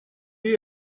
you